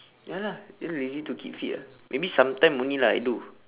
ya lah then lazy to keep fit ah maybe sometime only ah I do